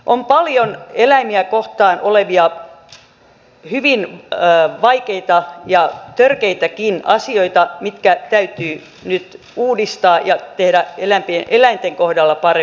on paljon eläimiä kohtaan tehtäviä hyvin vaikeita ja törkeitäkin asioita mitkä täytyy nyt uudistaa ja tehdä eläinten kohdalla paremmiksi